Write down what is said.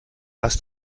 hast